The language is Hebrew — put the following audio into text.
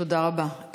תודה רבה.